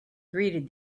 greeted